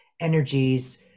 energies